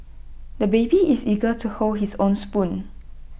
the baby is eager to hold his own spoon